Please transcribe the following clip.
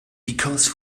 because